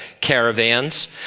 caravans